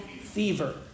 fever